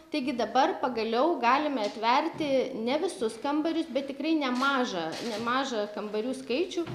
taigi dabar pagaliau galime atverti ne visus kambarius bet tikrai nemažą nemažą kambarių skaičių